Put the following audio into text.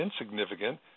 insignificant